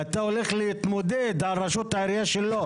ואתה הולך להתמודד על ראשות העירייה שלו.